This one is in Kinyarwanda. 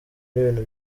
n’ibintu